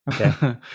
Okay